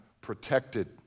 protected